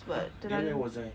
!huh! then where was I